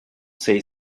say